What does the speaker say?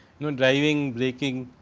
you driving, breaking,